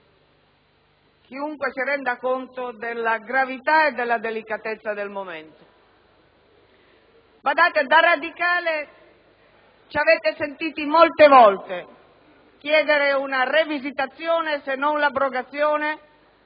Paese si renda conto della gravità e della delicatezza del momento.